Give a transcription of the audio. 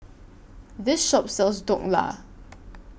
This Shop sells Dhokla